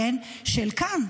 של כאן,